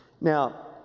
Now